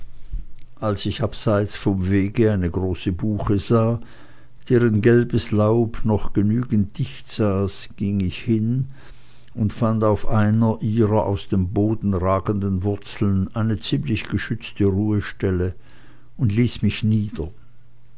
als ich abseits vom wege eine große buche sah deren gelbes laub noch genügend dicht saß ging ich hin und fand auf einer ihrer aus dem boden ragenden wurzeln eine ziemlich geschützte ruhestelle und ließ mich nieder